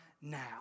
now